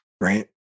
right